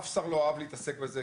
אף שר לא אהב להתעסק בזה,